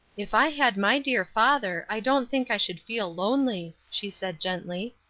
if i had my dear father i don't think i should feel lonely, she said gently.